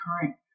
current